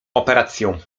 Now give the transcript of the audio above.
operacją